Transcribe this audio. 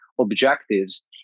objectives